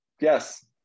Yes